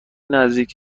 نزدیک